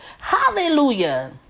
Hallelujah